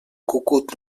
cucut